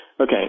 Okay